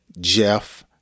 Jeff